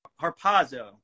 Harpazo